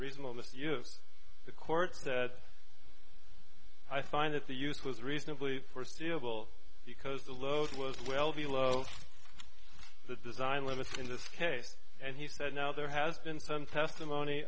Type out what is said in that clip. reasonable matthew the court i find that the youth was reasonably foreseeable because the load was well below the design limits in this case and he said now there has been some testimony